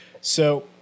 So-